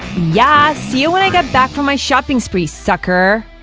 ya! see ya when i get back from my shopping spree, sucker!